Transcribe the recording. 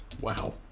Wow